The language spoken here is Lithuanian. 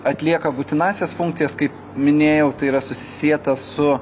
atlieka būtinąsias funkcijas kaip minėjau tai yra susieta su